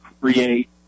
create